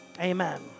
Amen